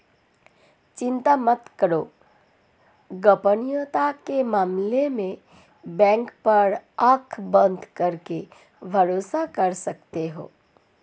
चिंता मत करो, गोपनीयता के मामले में बैंक पर आँख बंद करके भरोसा कर सकते हो